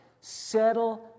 settle